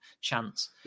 chance